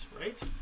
right